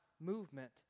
movement